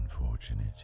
unfortunate